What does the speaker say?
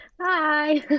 Hi